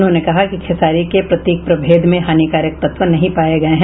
उन्होंने कहा कि खेसारी के प्रतीक प्रभेद में हानिकारक तत्व नहीं पाये गये हैं